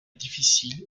difficile